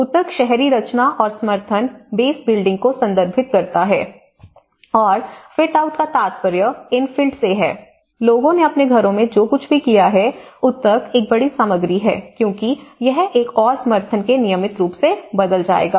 ऊतक शहरी रचना और समर्थन बेस बिल्डिंग को संदर्भित करता है और फिटआउट का तात्पर्य इन्फिल्ट से है लोगों ने अपने घरों में जो कुछ भी किया है ऊतक एक बड़ी सामग्री है क्योंकि यह एक और समर्थन के नियमित रूप से बदल जाएगा